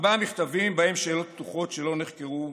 ארבעה מכתבים שבהם שאלות פתוחות שלא נחקרו,